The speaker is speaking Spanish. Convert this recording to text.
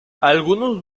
algunos